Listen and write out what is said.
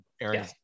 Aaron